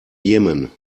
jemen